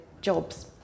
jobs